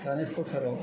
दानि सोरखाराव